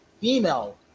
Female